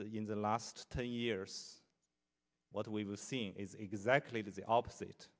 in the last ten years what we've seen is exactly the opposite